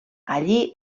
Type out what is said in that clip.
allí